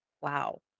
wow